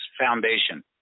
foundation